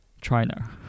China